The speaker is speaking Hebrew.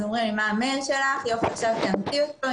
שואלים אותי מה המייל שלי ואומרים לי שעכשיו אאמת אותו,